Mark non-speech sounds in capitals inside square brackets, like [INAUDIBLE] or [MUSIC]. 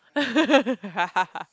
[LAUGHS]